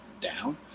down